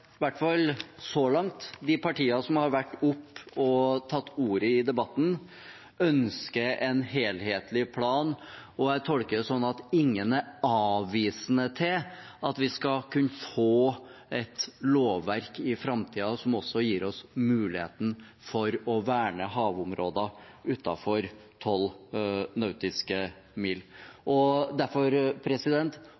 hvert fall så langt – at de partiene som har vært oppe og tatt ordet i debatten, ønsker en helhetlig plan, og jeg tolker det sånn at ingen er avvisende til at vi skal kunne få et lovverk i framtiden som også gir oss muligheten til å verne havområder utenfor 12 nautiske mil.